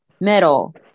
metal